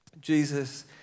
Jesus